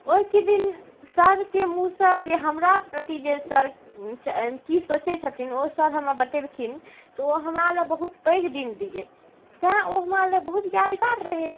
ओहिके दिन सरके मुँहसँ जे हमरा प्रति जे सर की सोचै छथिन ओ सर हमरा बतेलखिन तऽ ओ हमरालए बहुत पैघ दिन रहै तेँ ओ हमरालए ओ बहुत यादगार रहै